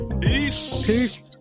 Peace